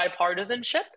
bipartisanship